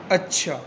ਅੱਛਾ